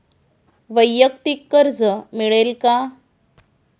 वैयक्तिक कर्ज मिळेल का?